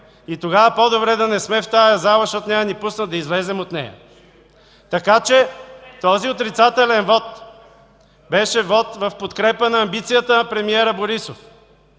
и тогава по-добре да не сме в тази зала, защото няма да ни пуснат да излезем от нея. (Реплики от БСП ЛБ.) Този отрицателен вот беше вот в подкрепа на амбицията на премиера Борисов